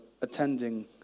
attending